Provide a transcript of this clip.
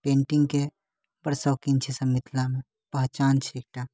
पेन्टिंगके बड़ शौकीन सभ छै मिथिलामे पहचान छै एकटा